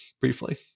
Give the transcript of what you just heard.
briefly